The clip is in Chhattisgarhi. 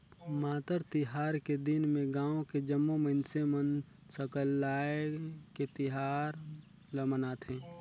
मातर तिहार के दिन में गाँव के जम्मो मइनसे मन सकलाये के तिहार ल मनाथे